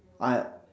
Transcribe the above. I'll